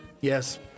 Yes